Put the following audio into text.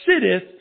sitteth